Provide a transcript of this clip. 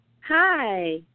Hi